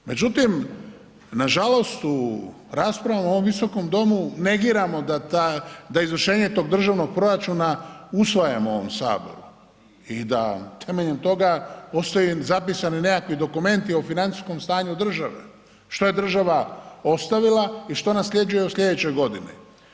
Međutim, nažalost u raspravama u ovom Visokom domu negiramo da ta, da izvršenje tog državnog proračuna usvajamo u ovom saboru i da temeljem toga postaje zapisani nekakvi dokumenti o financijskom stanju države, što je država ostavila i što nasljeđuje u sljedećoj godini.